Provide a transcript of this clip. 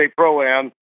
Pro-Am